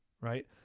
Right